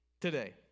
today